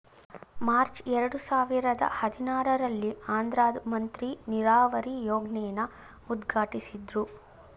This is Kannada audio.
ಮಾರ್ಚ್ ಎರಡು ಸಾವಿರದ ಹದಿನಾರಲ್ಲಿ ಆಂಧ್ರದ್ ಮಂತ್ರಿ ನೀರಾವರಿ ಯೋಜ್ನೆನ ಉದ್ಘಾಟ್ಟಿಸಿದ್ರು